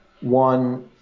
one